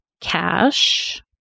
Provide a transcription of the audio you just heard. cash